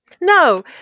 No